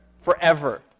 Forever